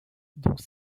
dans